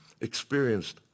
experienced